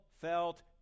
felt